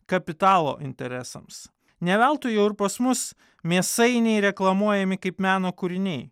kapitalo interesams ne veltui jau ir pas mus mėsainiai reklamuojami kaip meno kūriniai